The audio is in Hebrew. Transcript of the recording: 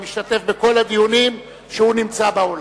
אני משתתף בכל הדיונים כשהוא נמצא באולם.